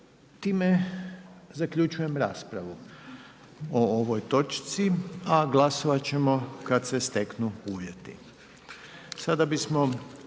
Time zaključujem raspravu o ovoj točci, a glasovat ćemo kad se steknu uvjeti.